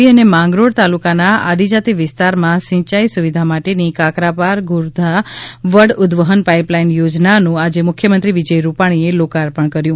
પાણી સુરત જિલ્લાના માંડવી અને માંગરોળ તાલુકાના આદિજાતિ વિસ્તારમાં સિંયાઈ સુવિધા માટેની કાકરાપાર ગોરધા વડ ઉ દવહન પાઈપલાઈન યોજનાનું આજે મુખ્યમંત્રી વિજય રૂપાણીએ ઇ લોકાર્પણ કર્યુ